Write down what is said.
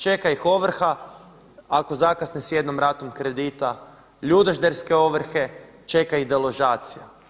Čeka ih ovrha ako zakasne s jednom ratom kredita, ljudožderske ovrhe, čeka iz deložacija.